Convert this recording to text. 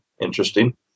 interesting